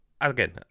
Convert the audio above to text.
again